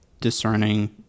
Discerning